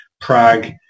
Prague